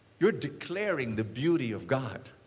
you're declaring the beauty of god,